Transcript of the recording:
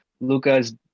Luca's